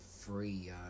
free